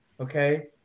Okay